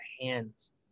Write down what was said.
hands